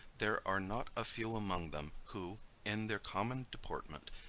there are not a few among them, who, in their common deportment,